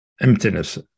emptiness